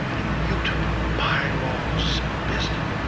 immutable bylaws of business.